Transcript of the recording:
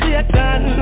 Satan